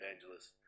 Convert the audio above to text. evangelists